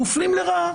הם מופלים לרעה,